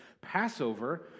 Passover